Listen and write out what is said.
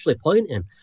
pointing